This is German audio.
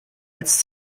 als